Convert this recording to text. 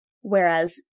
whereas